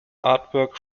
artwork